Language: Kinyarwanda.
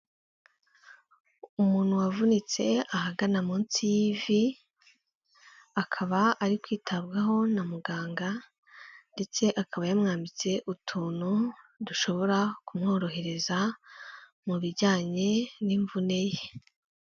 Umuntu wavunitse ahagana munsi y'ivi, akaba ari kwitabwaho na muganga ndetse akaba yamwambitse utuntu dushobora kumworohereza mu bijyanye n'imvune ye.